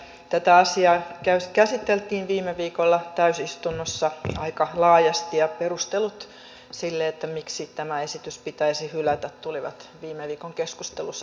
tätä asiaa käsiteltiin viime viikolla täysistunnossa aika laajasti ja perustelut sille miksi tämä esitys pitäisi hylätä tulivat viime viikon keskustelussa hyvin esille